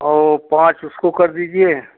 और पाँच उसको कर दीजिए